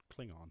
Klingon